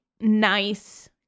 nice